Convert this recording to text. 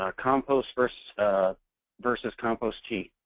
um compost versus versus compost tea?